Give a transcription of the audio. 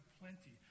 plenty